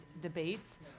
debates